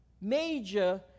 major